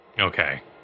Okay